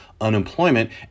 unemployment